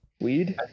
weed